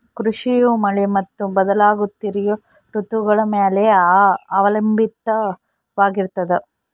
ಕೃಷಿಯು ಮಳೆ ಮತ್ತು ಬದಲಾಗುತ್ತಿರೋ ಋತುಗಳ ಮ್ಯಾಲೆ ಅವಲಂಬಿತವಾಗಿರ್ತದ